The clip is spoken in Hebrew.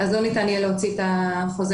לא ניתן יהיה להוציא את החוזר.